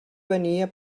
venia